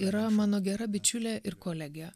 yra mano gera bičiulė ir kolegė